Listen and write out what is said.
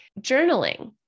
journaling